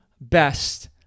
best